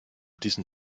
diesen